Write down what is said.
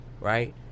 right